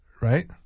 Right